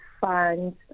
funds